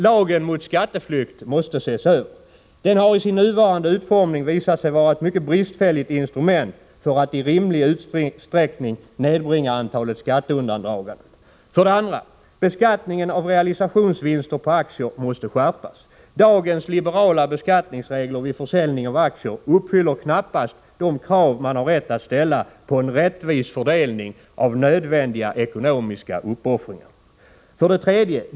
Lagen mot skatteflykt måste ses över. Den har i sin nuvarande utformning visat sig vara ett mycket bristfälligt instrument för att i rimlig utsträckning nedbringa antalet skatteundandraganden. 2. Beskattningen av realisationsvinster på aktier måste skärpas. Dagens liberala beskattningsregler vid försäljning av aktier uppfyller knappast de krav man har rätt att ställa på en rättvis fördelning av nödvändiga ekonomiska uppoffringar. 3.